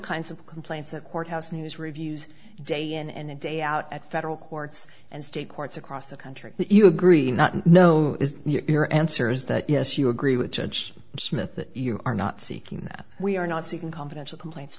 kinds of complaints of courthouse news reviews day in and day out at federal courts and state courts across the country that you agree not no is your answer is that yes you agree with judge smith that you are not seeking that we are not seeking confidential complaints